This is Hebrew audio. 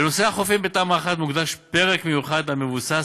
לנושא החופים מוקדש בתמ"א 1 פרק מיוחד המבוסס